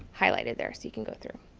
highlighted there so you can go through.